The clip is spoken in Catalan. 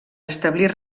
establir